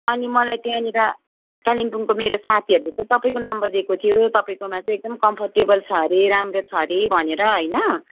अनि मलाई त्यहाँनिर कालिम्पोङको मेरो साथीहरूले चाहिँ तपाईँको नम्बर दिएको थियो तपाईँकोमा चाहिँ एकदम कम्फर्टेबल छ अरे राम्रो छ अरे भनेर हैन